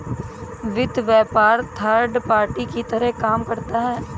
वित्त व्यापार third party की तरह काम करता है